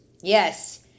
Yes